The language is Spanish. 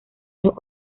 los